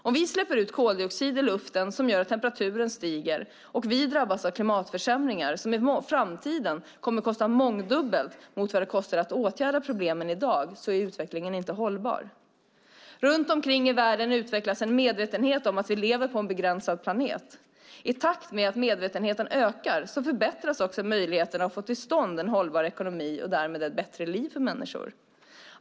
Om vi släpper ut koldioxid i luften som gör att temperaturen stiger och vi drabbas av klimatförsämringar som i framtiden kommer att kosta mångdubbelt mot vad det kostar att åtgärda problemen i dag är utvecklingen inte hållbar. Runt om i världen utvecklas en medvetenhet om att vi lever på en begränsad planet. I takt med att medvetenheten ökar förbättras möjligheterna att få till stånd en hållbar ekonomi och därmed ett bättre liv för människor.